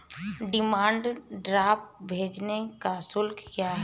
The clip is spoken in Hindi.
डिमांड ड्राफ्ट भेजने का शुल्क क्या है?